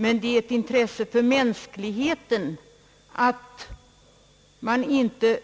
Men det är ett intresse för mänskligheten att